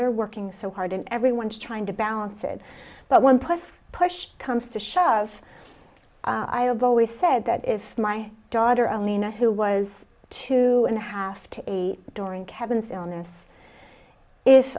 they're working so hard and everyone's trying to balance it but one plus push comes to shove i have always said that if my daughter alina who was two and a half to eight during kevin's illness if